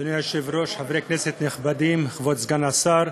אדוני היושב-ראש, חברי כנסת נכבדים, כבוד סגן השר,